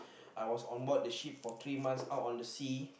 I was onboard the ship for three months out on the sea